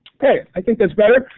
ok, i think that's better.